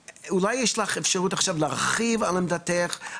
אולי יש לך איזו שהיא אפשרות עכשיו להרחיב על עמדת משרד התחבורה,